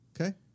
Okay